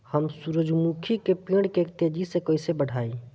हम सुरुजमुखी के पेड़ के तेजी से कईसे बढ़ाई?